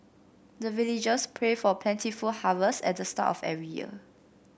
the villagers pray for plentiful harvest at the start of every year